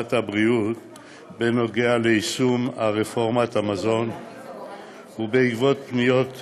בוועדת הבריאות בנוגע ליישום רפורמת המזון ובעקבות פניות של,